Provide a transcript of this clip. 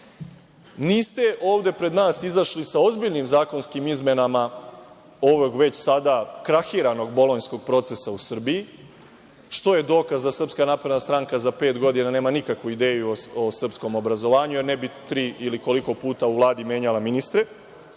niste ovde pred nas izašli sa ozbiljnim zakonskim izmenama ovog već sada krahiranog bolonjskog procesa u Srbiji, što je dokaz da SNS za pet godina nema nikakvu ideju o srpskom obrazovanju, jer ne bi nekoliko puta u Vladi menjala ministre,